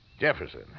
Jefferson